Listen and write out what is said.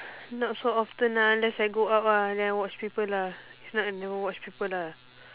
not so often ah unless I go out ah then I watch people ah if not I never watch people ah